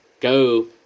go